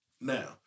Now